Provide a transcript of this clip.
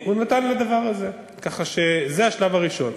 הוא נתן לדבר הזה, ככה שזה השלב הראשון.